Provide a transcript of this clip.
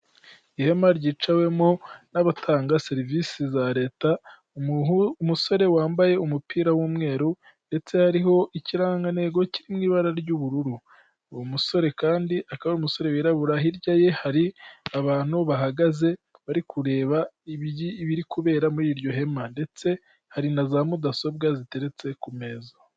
Ihema ryicawemo n'abatanga serivisi za leta, umusore wambaye umupira w'umweru ndetse hariho ikirangantego kiri mu ibara ry'ubururu, uwo musore kandi akaba umusore wirabura, hirya ye hari abantu bahagaze bari kureba ibiri kubera muri iryo hema, ndetse hari na za mudasobwa ziteretse ku meza.